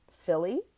Philly